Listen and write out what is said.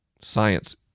Science